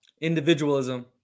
Individualism